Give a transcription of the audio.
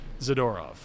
Zadorov